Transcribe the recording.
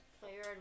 player